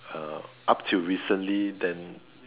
uh up till recently then